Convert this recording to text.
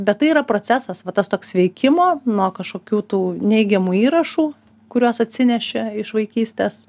bet tai yra procesas va tas toks sveikimo nuo kažkokių tų neigiamų įrašų kuriuos atsinešė iš vaikystės